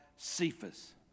Cephas